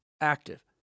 active